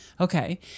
Okay